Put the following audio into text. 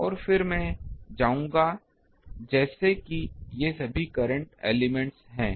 और फिर मैं जाऊंगा जैसे कि ये सभी करंट एलिमेंट्स हैं